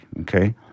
okay